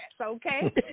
okay